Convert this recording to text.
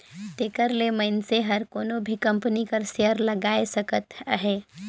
तेकर ले मइनसे हर कोनो भी कंपनी कर सेयर लगाए सकत अहे